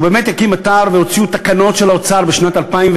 שהוא באמת הקים אתר והוציאו תקנות של האוצר בשנת 2009